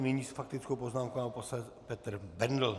Nyní s faktickou poznámkou pan poslanec Petr Bendl.